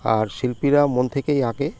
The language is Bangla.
আর শিল্পীরা মন থেকেই আঁকে